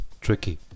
tricky